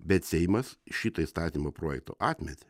bet seimas šitą įstatymo projektą atmetė